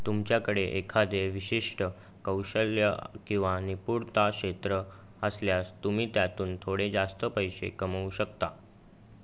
तुमच्याकडे एखादे विशिष्ट कौशल्य किंवा निपुणता क्षेत्र असल्यास तुम्ही त्यातून थोडे जास्त पैसे कमवू शकता